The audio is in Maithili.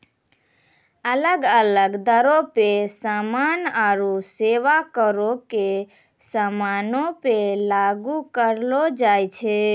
अलग अलग दरो पे समान आरु सेबा करो के समानो पे लागू करलो जाय छै